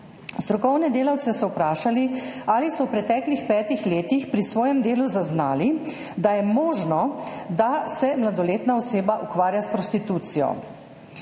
Strokovne delavce so vprašali, ali so v preteklih petih letih pri svojem delu zaznali, da je možno, da se mladoletna oseba ukvarja s prostitucijo.